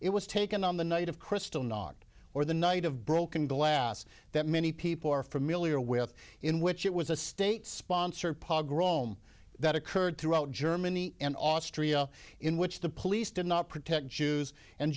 it was taken on the night of kristallnacht or the night of broken glass that many people are familiar with in which it was a state sponsored pog rome that occurred throughout germany and austria in which the police did not protect jews and